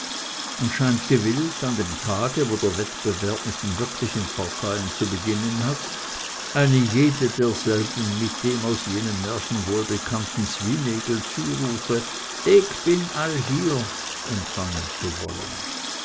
und scheint gewillt an dem tage wo der wettbewerb mit den wirklichen parteien zu beginnen hat eine jede derselben mit dem aus jenem märchen wohlbekannten swinegelzurufe ick bin all hier empfangen zu wollen